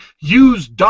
use